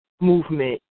movement